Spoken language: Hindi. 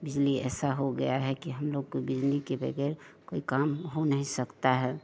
बिजली ऐसा हो गया है कि हम लोग को बिजली के वगैर कोई काम हो नहीं सकता है